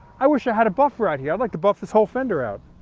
i wish i had a buffer out here, i'd like to buff this whole fender out.